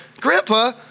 Grandpa